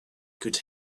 could